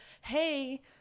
hey